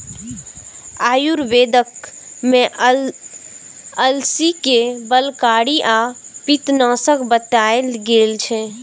आयुर्वेद मे अलसी कें बलकारी आ पित्तनाशक बताएल गेल छै